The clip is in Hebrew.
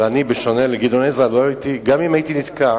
אבל בשונה מגדעון עזרא, גם אם הייתי נתקע